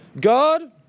god